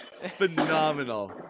Phenomenal